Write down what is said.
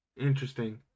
Interesting